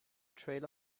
trail